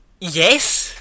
Yes